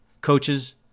coaches